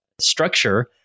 structure